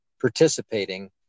participating